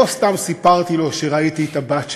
לא סתם סיפרתי לו שראיתי את הבת שלו.